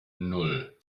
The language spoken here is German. nan